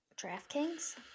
DraftKings